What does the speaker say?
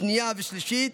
שנייה ושלישית,